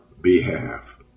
behalf